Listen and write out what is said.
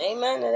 Amen